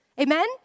Amen